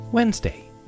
Wednesday